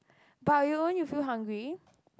but you won't you feel hungry